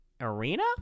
arena